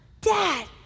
Dad